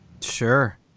Sure